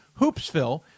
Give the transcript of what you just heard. Hoopsville